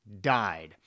died